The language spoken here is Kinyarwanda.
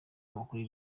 amakuru